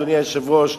אדוני היושב-ראש.